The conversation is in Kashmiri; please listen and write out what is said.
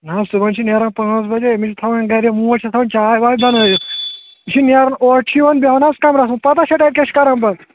نہ حظ تِم حظ چھِ نیران پانٛژھ بَجے أمِس چھِ تھاوان گَرِموج چھس تھاوان چاے واے بَنٲیِتھ یہِ چھُ نیران اور چھُ یِوان بٮ۪ہوان چھُ کَمرَس منٛز پَتہ چھا تَتہِ کیاہ چھُ کَران پَتہٕ